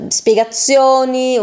spiegazioni